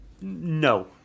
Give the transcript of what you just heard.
No